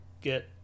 get